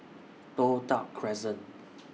Toh Tuck Crescent